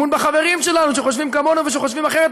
אמון בחברים שלנו שחושבים כמונו ושחושבים אחרת,